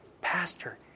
Pastor